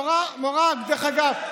דרך אגב,